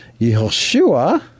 Yehoshua